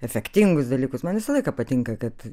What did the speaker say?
efektingus dalykus man visą laiką patinka kad